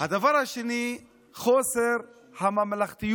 הדבר השני הוא חוסר הממלכתיות